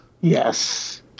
Yes